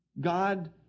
God